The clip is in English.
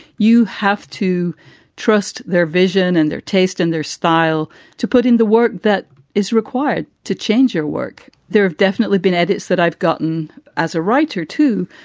you have to trust their vision and their taste and their style to put in the work that is required to change your work. there have definitely been edits that i've gotten as a writer too,